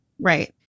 right